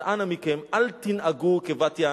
אז אנא מכם, אל תנהגו כבת-יענה.